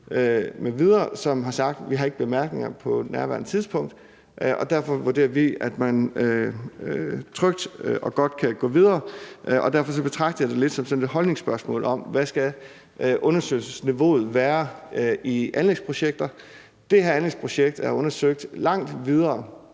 som har sagt, at de ikke har bemærkninger på nærværende tidspunkt. Derfor vurderer vi, at man trygt og godt kan gå videre, og derfor betragter jeg det lidt som et holdningsspørgsmål om, hvad undersøgelsesniveauet skal være i anlægsprojekter. Det her anlægsprojekt er undersøgt langt mere